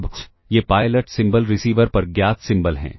अब ये pilot symbol receiver पर ज्ञात सिंबल हैं